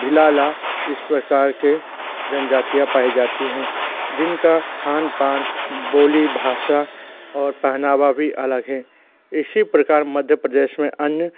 भिलाला इस प्रकार के जनजातीयाँ पाई जाती हैं जिनका खान पान बोली भाषा और पहनावा भी अलग है इसी प्रकार मध्य प्रदेश में अन्य